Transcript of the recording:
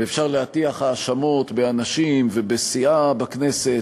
ואפשר להטיח האשמות באנשים ובסיעה בכנסת,